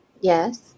Yes